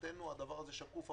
מבחינתנו זה שקוף עבורם.